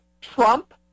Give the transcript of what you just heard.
Trump